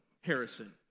Harrison